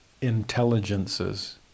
intelligences